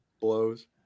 Blows